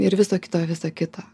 ir viso kito visa kita